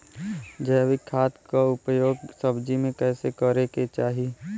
जैविक खाद क उपयोग सब्जी में कैसे करे के चाही?